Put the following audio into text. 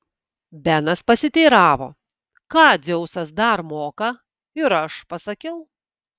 benas pasiteiravo ką dzeusas dar moka ir aš pasakiau